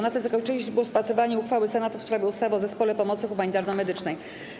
Na tym zakończyliśmy rozpatrywanie uchwały Senatu w sprawie ustawy o Zespole Pomocy Humanitarno-Medycznej.